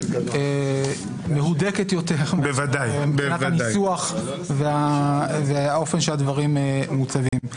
מהודקת יותר מבחינת הניסוח והאופן שהדברים מוצגים.